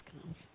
comes